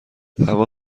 هوا